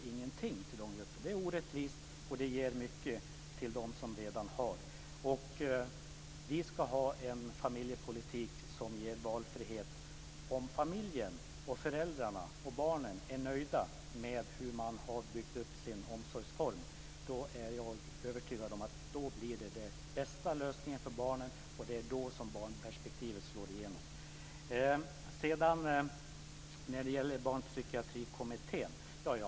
Det är orättvist, och det ger mycket till dem som redan har. Vi ska ha en familjepolitik som ger valfrihet om familjen, föräldrarna och barnen, är nöjda med hur de har byggt upp sin omsorgsform. Då blir det den bästa lösningen för barnen, och det är då som barnperspektivet slår igenom. Sedan var det Barnpsykiatrikommittén.